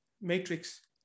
Matrix